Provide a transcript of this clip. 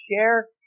share